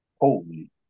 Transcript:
Holy